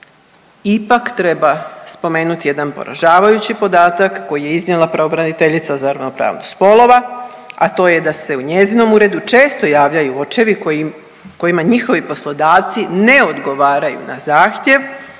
ipak treba spomenuti jedan poražavajući podatak koji je iznijela pravobraniteljica za ravnopravnost spolova, a to je da se u njezinom uredu često javljaju očevi kojima njihovi poslodavci ne odgovaraju na zahtjev